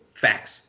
Facts